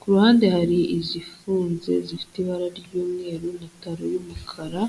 ku ruhande hari izifunze zifite ibara ry'umweru na taro y'umukara...